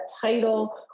title